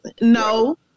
no